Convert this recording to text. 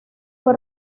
fue